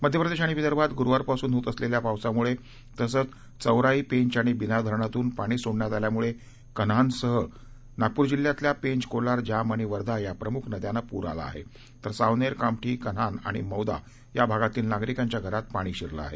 मध्यप्रदेश आणि विदर्भात गुरुवारपासून होत असलेल्या पावसामुळे तसंच चौराई पेंच आणि बिना धरणातून पाणी सोडण्यात आल्यामुळे कन्हानसह नागपुर जिल्ह्यातच्या पेंच कोलार जाम आणि वर्धा या प्रमूख नद्याना पूर आला आहे तर सावनेर कामठी कन्हान आणि मौदा या भागातील नागरिकांच्या घरात पाणी शिरले आहे